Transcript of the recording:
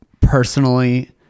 personally